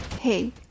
Hey